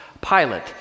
Pilate